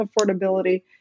affordability